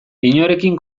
inorekin